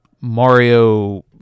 Mario